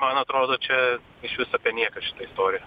man atrodo čia išvis apie nieką šita istorija